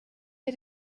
had